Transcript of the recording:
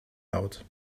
laut